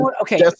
okay